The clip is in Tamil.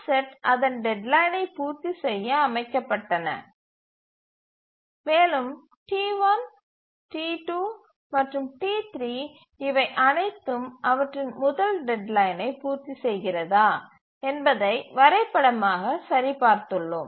டாஸ்க் செட் அதன் டெட்லைனை பூர்த்தி செய்ய அமைக்கப்பட்டன மேலும் T1 T2 மற்றும் T3 இவை அனைத்தும் அவற்றின் முதல் டெட்லைனை பூர்த்தி செய்கிறதா என்பதை வரைபடமாக சரிபார்த்துள்ளோம்